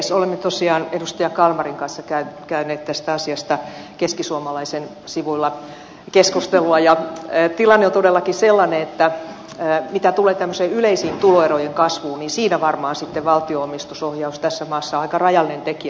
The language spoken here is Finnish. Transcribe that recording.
olemme tosiaan edustaja kalmarin kanssa käyneet tästä asiasta keskisuomalaisen sivuilla keskustelua ja tilanne on todellakin sellainen että mitä tulee tämmöiseen yleiseen tuloerojen kasvuun niin siinä varmaan sitten valtio omistusohjaus tässä maassa on aika rajallinen tekijä